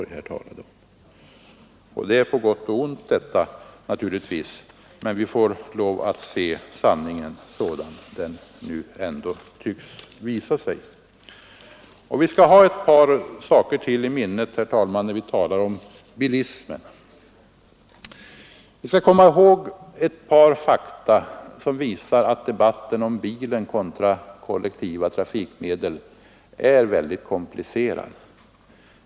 Detta är naturligtvis både på gott och på ont, men vi får lov att se sanningen sådan den nu ändå tycks vara. Herr talman! Vi skall ha ytterligare ett par saker i minnet när vi talar om bilismen. Vi skall komma ihåg ett par fakta som visar att debatten om bilen kontra kollektiva trafikmedel är väldigt komplicerad.